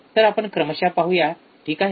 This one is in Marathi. तर आपण क्रमशः पाहूया ठीक आहे